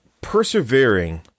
persevering